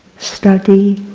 study,